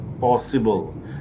possible